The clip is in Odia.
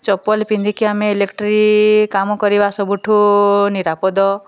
ଚପଲ ପିନ୍ଧିକି ଆମେ ଇଲେକ୍ଟ୍ରି କାମ କରିବା ସବୁଠୁ ନିରାପଦ